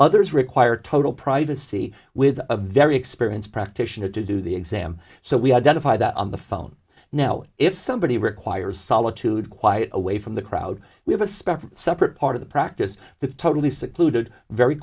others require total privacy with a very experienced practitioner to do the exam so we identify that on the phone now if somebody requires solitude quite away from the crowd we have a special separate part of the practice the totally secluded very